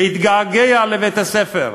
להתגעגע לבית-הספר.